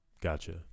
Gotcha